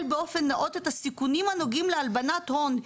באופן נאות את הסיכונים הנוגעים להלבנת הון,